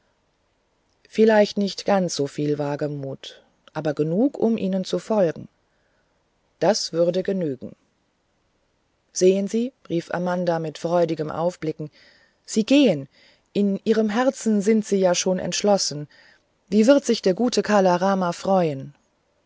vielleicht nicht ganz soviel wagemut aber genug um ihnen zu folgen das würde genügen sehen sie rief amanda mit freudigem aufblicken sie gehen in ihrem herzen sind sie schon entschlossen wie wird sich der gute kala rama freuen